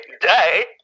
day